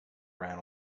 ran